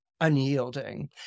unyielding